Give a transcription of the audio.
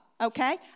Okay